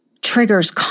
triggers